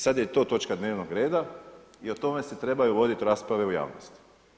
Sada je to točka dnevnog reda i o tome se trebaju voditi rasprave u javnosti.